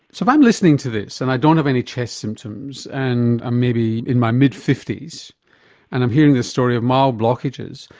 so if i'm listening to this and i don't have any chest symptoms and i may be in my mid fifty s and i'm hearing the story of mild blockages,